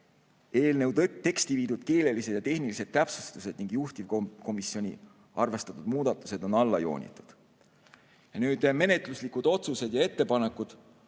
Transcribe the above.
Eelnõu teksti viidud keelelised ja tehnilised täpsustused ning juhtivkomisjoni arvestatud muudatused on alla joonitud. Nüüd menetluslikud otsused ja ettepanekud.